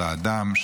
של האדם,